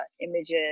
images